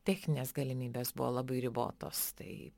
techninės galimybės buvo labai ribotos tai